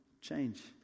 change